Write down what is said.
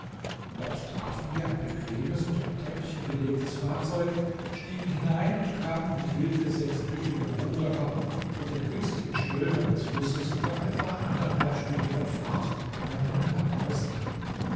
dort trafen wir ein bequemes und mit teppichen belegtes fahrzeug stiegen hinein und kamen mit hilfe sechs tüchtiger ruderer und der günstigen strömung des flusses nach etwa anderthalbstündiger fahrt bei meinem landhaus an